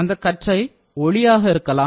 அந்த கற்றை ஒளியாக இருக்கலாம்